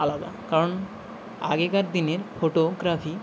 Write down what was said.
আলাদা কারণ আগেকার দিনের ফোটোগ্রাফি